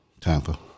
Tampa